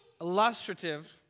illustrative